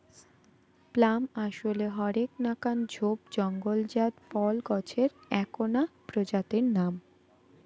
plum আশলে হরেক নাকান ঝোপ জঙলজাত ফল গছের এ্যাকনা প্রজাতির নাম